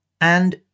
And-